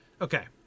Okay